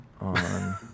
on